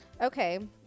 okay